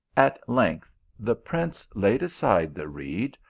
at length the prince laid aside the reed,